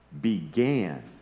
began